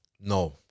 No